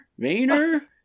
Vayner